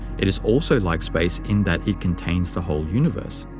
it is also like space in that it contains the whole universe.